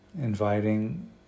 Inviting